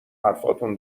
حرفاتون